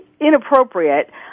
inappropriate